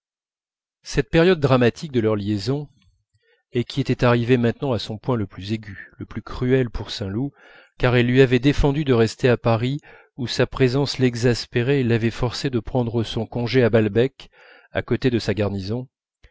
cette période dramatique de leur liaison et qui était arrivée maintenant à son point le plus aigu le plus cruel pour saint loup car elle lui avait défendu de rester à paris où sa présence l'exaspérait et l'avait forcé de prendre son congé à balbec à côté de sa garnison